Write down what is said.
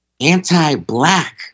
anti-black